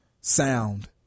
sound